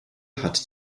hatte